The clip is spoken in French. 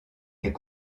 est